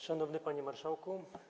Szanowny Panie Marszałku!